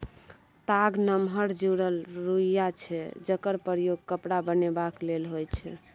ताग नमहर जुरल रुइया छै जकर प्रयोग कपड़ा बनेबाक लेल होइ छै